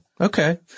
Okay